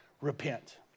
repent